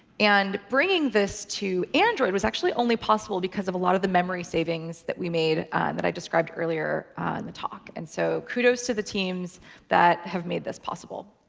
and bringing this to android was actually only possible because of a lot of the memory savings that we made that i described earlier in the talk. and so kudos to the teams that have made this possible.